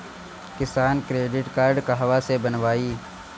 किसान credit card कहवा से बनवाई?